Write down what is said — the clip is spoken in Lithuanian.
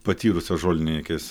patyrusios žolininkės